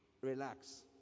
relax